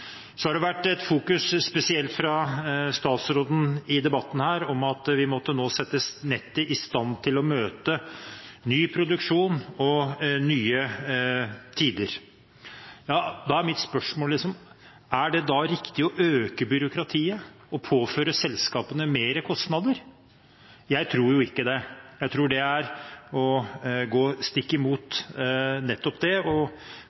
Så har det vært fokusert på, spesielt fra statsråden i debatten her, at vi nå må sette nettet i stand til å møte ny produksjon og nye tider. Da er mitt spørsmål: Er det da riktig å øke byråkratiet og påføre selskapene mer kostnader? Jeg tror ikke det, jeg tror det er å gå stikk imot nettopp det å møte nye tider og